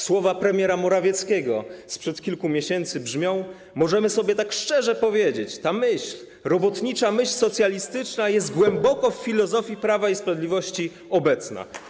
Słowa premiera Morawieckiego sprzed kilku miesięcy brzmią: Możemy sobie tak szczerze powiedzieć: ta myśl, robotnicza myśl socjalistyczna jest głęboko w filozofii Prawa i Sprawiedliwości obecna.